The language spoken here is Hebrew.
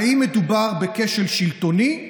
האם מדובר בכשל שלטוני?